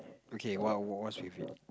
okay what what's with it